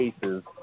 cases